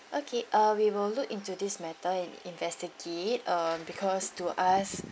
okay uh we will look into this matter and investigate um because to us